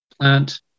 plant